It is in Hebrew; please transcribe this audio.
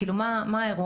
כאילו, מה האירוע?